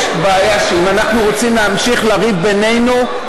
יש בעיה שאם אנחנו רוצים להמשיך לריב בינינו,